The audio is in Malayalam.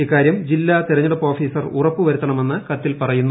ഇക്കാര്യം ജില്ലാ തിരഞ്ഞെടുപ്പ് ഓഫീസർ ഉറപ്പുവരുത്തണമെന്ന് കത്തിൽ പറയുന്നു